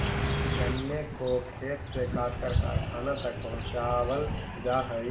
गन्ने को खेत से काटकर कारखानों तक पहुंचावल जा हई